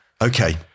Okay